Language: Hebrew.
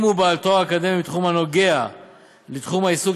אם הוא בעל תואר אקדמי בתחום הנוגע בתחומי העיסוק